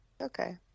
Okay